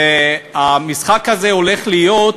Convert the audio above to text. המשחק הזה הולך להיות,